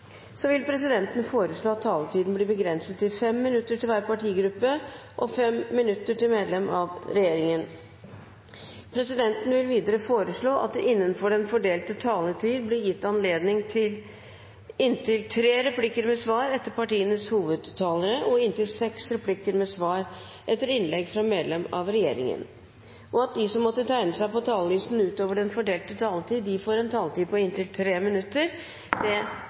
Så en ekstra takk til dem. Flere har ikke bedt om ordet til sak nr. 28. Etter ønske fra helse- og omsorgskomiteen vil presidenten foreslå at taletiden blir begrenset til 3 minutter til hver partigruppe og 3 minutter til medlemmer av regjeringen. Videre vil presidenten foreslå at det – innenfor den fordelte taletid – blir gitt anledning til inntil tre replikker med svar etter innlegg fra medlemmer av regjeringen, og at de som måtte tegne seg på talerlisten utover den fordelte taletid, også får en taletid